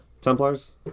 Templars